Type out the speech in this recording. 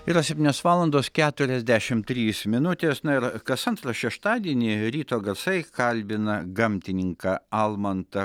yra septynios valandos keturiasdešimt trys minutės na ir kas antrą šeštadienį ryto garsai kalbina gamtininką almantą